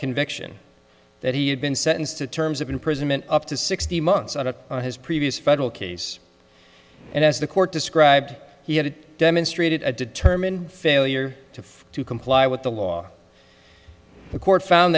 conviction that he had been sentenced to terms of imprisonment up to sixty months out of his previous federal case and as the court described he had demonstrated a determined failure to comply with the law the court found